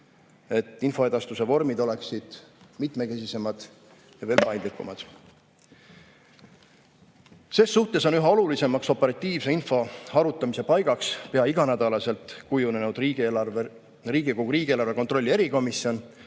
et info edastuse vormid oleksid mitmekesisemad ja paindlikumad. Selles suhtes on üha olulisemaks operatiivse info arutamise paigaks pea iganädalaselt kujunenud Riigikogu riigieelarve kontrolli erikomisjon,